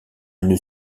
une